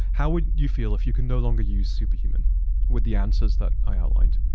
how would you feel if you can no longer use superhuman with the answers that i outlined?